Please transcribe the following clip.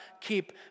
keep